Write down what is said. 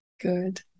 good